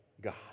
God